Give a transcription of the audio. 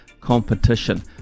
competition